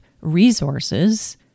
resources